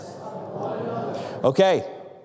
Okay